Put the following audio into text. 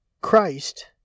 Christ